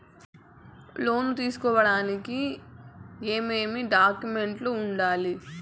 లోను తీసుకోడానికి ఏమేమి డాక్యుమెంట్లు ఉండాలి